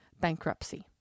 bankruptcy